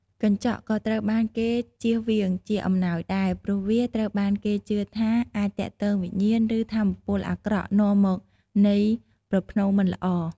កញ្ចក់ក៏ត្រូវបានគេជៀសវាងជាអំណោយដែរ ព្រោះវាត្រូវបានគេជឿថាអាចទាក់ទាញវិញ្ញាណ ឬថាមពលអាក្រក់នាំមកនៃប្រផ្នូលមិនល្អ។